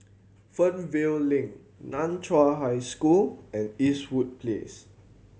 Fernvale Link Nan Chiau High School and Eastwood Place